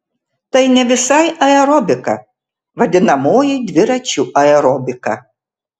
tai ne visai aerobika vadinamoji dviračių aerobika